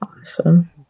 Awesome